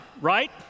right